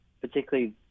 particularly